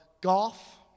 Golf